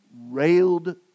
railed